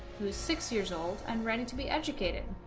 who's six years old and ready to be educated